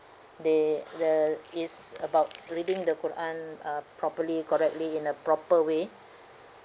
they the it's about reading the quran uh properly correctly in a proper way